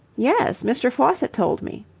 yes. mr. faucitt told me.